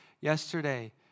yesterday